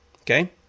okay